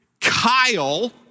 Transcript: Kyle